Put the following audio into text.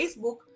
facebook